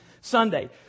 Sunday